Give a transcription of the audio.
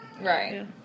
Right